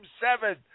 seven